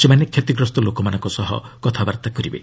ସେମାନେ କ୍ଷତିଗ୍ରସ୍ତ ଲୋକମାନଙ୍କ ସହ କଥାବାର୍ତ୍ତା କରିବେ